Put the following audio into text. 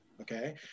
Okay